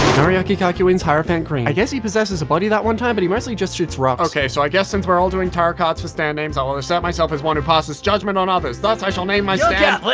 noriaki kakyoin's hierophant green i guess he possesses a body that one time but he mostly just shoots rocks okay so i guess since we're all doing tarot cards for stand names i will assert myself as one who passes judgement on others, thus i shall name my stand like